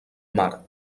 mar